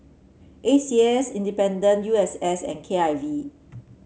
A C S Independent U S S and K I V